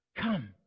Come